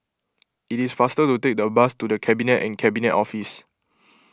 it is faster to take the bus to the Cabinet and Cabinet Office